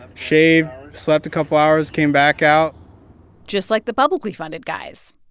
shaved, slept a couple hours, came back out just like the publicly funded guys.